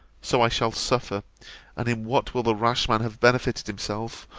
so i shall suffer and in what will the rash man have benefited himself,